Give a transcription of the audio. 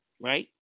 right